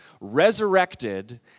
resurrected